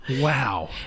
Wow